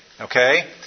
okay